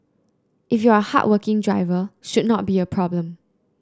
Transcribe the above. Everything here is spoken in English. if you're hardworking driver should not be a problem